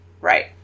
right